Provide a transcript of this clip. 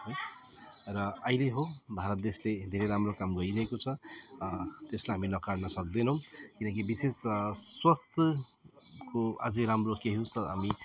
है र अहिले हो भारत देशले धेरै राम्रो काम गरिरहेको छ त्यसलाई हामी नकार्न सक्दैनौँ किनकि विशेष स्वास्थ्यको अझ राम्रो केही उसो हामी